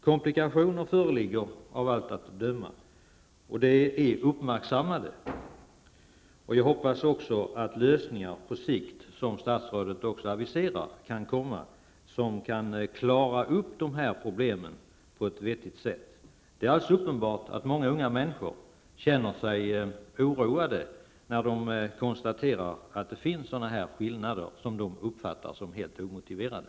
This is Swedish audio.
Komplikationer föreligger av allt att döma. De är uppmärksammade. Jag hoppas att de lösningar på sikt som statsrådet också aviserar kan klara upp problemen på ett vettigt sätt. Många unga människor känner sig uppenbarligen oroade, när de konstaterar att det finns sådana här skillnader, som de uppfattar såsom helt omotiverade.